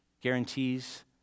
guarantees